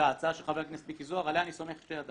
ההצעה של מיקי זוהר, עליה אני סומך בשתי ידיים.